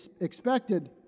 expected